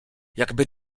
jakby